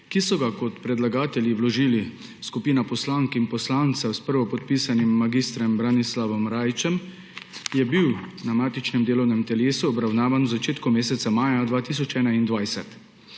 ki so ga kot predlagatelji vložili skupina poslank in poslancev s prvopodpisanim mag. Branislavom Rajićem, je bil na matičnem delovnem telesu obravnavan vzačetku meseca maja 2021.